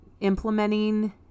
implementing